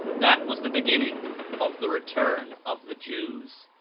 that was the beginning of the return of the jews.